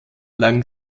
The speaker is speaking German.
lagen